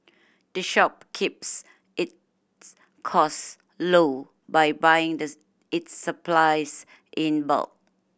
the shop keeps its cost low by buying the its supplies in bulk